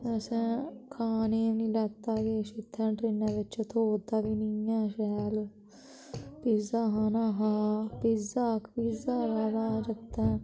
असें खाने बी नेईं लैता किश इत्थे ट्रेनें बिच्च थ्होआ दा गै नी ऐ शैल पिज्जा खाना हा पिज्जा पिज्ज़ा खाना हा जागतें